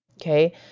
Okay